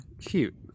Cute